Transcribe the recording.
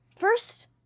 First